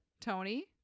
Tony